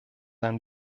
ein